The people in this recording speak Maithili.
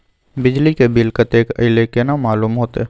बिजली के बिल कतेक अयले केना मालूम होते?